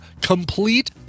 complete